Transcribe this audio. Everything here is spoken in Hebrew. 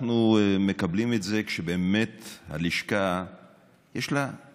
אנחנו מקבלים את זה כשבאמת יש ללשכה צידוק,